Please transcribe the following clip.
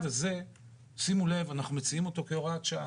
אתם הולכים לפתרונות הקלים.